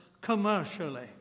commercially